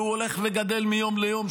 והוא הולך וגדל מיום ליום,